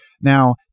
Now